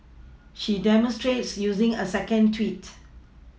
she demonstrates using a second tweet